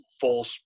full